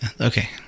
okay